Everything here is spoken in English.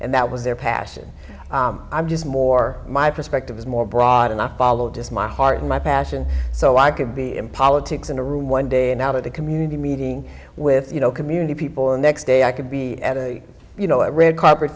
and that was their passion i'm just more my perspective is more broad and i followed just my heart and my passion so i could be in politics in a room one day and out of the community meeting with you know community people and next day i could be you know a red carpet